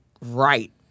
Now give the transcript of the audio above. right